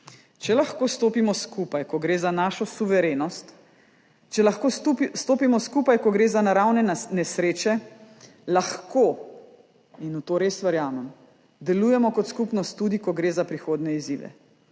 Če lahko stopimo skupaj, ko gre za našo suverenost, če lahko stopimo skupaj, ko gre za naravne nesreče, lahko, in v to res verjamem, delujemo kot skupnost tudi, ko gre za prihodnje izzive.